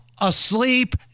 asleep